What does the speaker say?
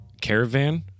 caravan